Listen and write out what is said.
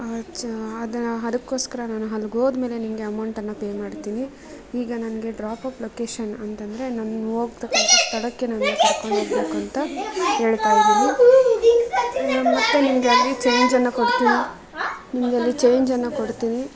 ಆಜ ಅದ ಅದಕ್ಕೋಸ್ಕರ ನಾನು ಅಲ್ಗೆ ಹೋದ್ಮೇಲೆ ನಿಮಗೆ ಅಮೌಂಟನ್ನು ಪೇ ಮಾಡ್ತೀನಿ ಈಗ ನನಗೆ ಡ್ರಾಪ್ ಅಪ್ ಲೊಕೇಶನ್ ಅಂತಂದ್ರೆ ನಾನು ಹೋಗ್ತಕ್ಕಂಥ ಸ್ಥಳಕ್ಕೆ ನನ್ನ ಕರ್ಕೊಂಡು ಹೋಗ್ಬೇಕು ಅಂತ ಕೇಳ್ತಾಯಿದ್ದೀನಿ ಮತ್ತೆ ನಿಮಗೆ ಅಲ್ಲಿ ಚೇಂಜನ್ನು ಕೊಡ್ತೀನಿ ನಿಮ್ಗೆ ಅಲ್ಲಿ ಚೇಂಜನ್ನು ಕೊಡ್ತೀನಿ